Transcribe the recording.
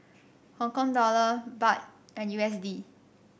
Hong Kong Dollor Baht and U S D